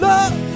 Love